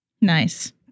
Nice